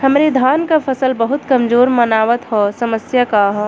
हमरे धान क फसल बहुत कमजोर मनावत ह समस्या का ह?